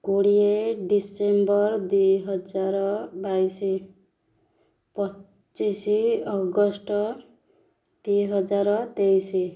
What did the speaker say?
କୋଡ଼ିଏ ଡିସେମ୍ବର ଦୁଇ ହଜାର ବାଇଶି ପଚିଶି ଅଗଷ୍ଟ ଦୁଇହଜାର ତେଇଶି